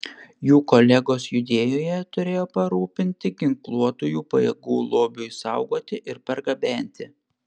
jų kolegos judėjoje turėjo parūpinti ginkluotųjų pajėgų lobiui saugoti ir pergabenti